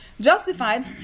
justified